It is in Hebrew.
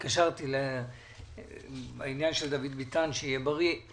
התקשרתי בעניין של דוד ביטן שיהיה בריא,